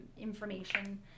information